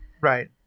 Right